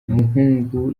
umuhungu